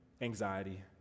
anxiety